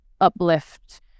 uplift